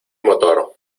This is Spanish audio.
motor